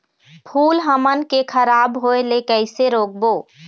फूल हमन के खराब होए ले कैसे रोकबो?